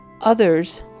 others